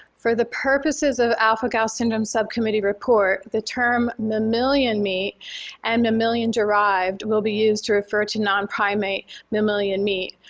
for the purposes of alpha-gal syndrome subcommittee report, the term mammalian meat and mammalian derived will be used to refer to non-primate mammalian meat,